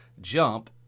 jump